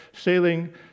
sailing